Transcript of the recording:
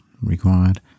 required